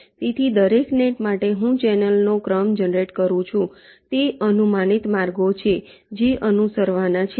તેથી દરેક નેટ માટે હું ચેનલોનો ક્રમ જનરેટ કરું છું તે અનુમાનિત માર્ગો છે જે અનુસરવાના છે